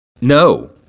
No